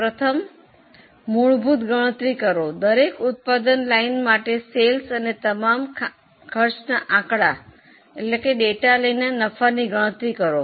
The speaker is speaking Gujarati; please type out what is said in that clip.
પ્રથમ મૂળભૂત ગણતરી કરો દરેક ઉત્પાદન લાઇન માટે વેચાણ અને તમામ ખર્ચ આંકડા લઈને નફાની ગણતરી કરો